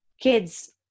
kids